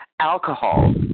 alcohol